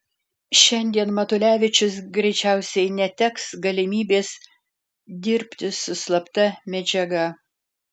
šiandien matulevičius greičiausiai neteks galimybės dirbti su slapta medžiaga